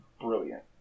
brilliant